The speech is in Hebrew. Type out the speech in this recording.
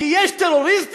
כי יש טרוריסטים?